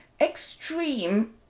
extreme